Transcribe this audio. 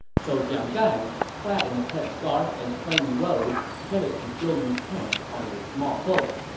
so jiang gan, clad in a head scarf and plain robe, headed to zhou yu's camp on a small boat.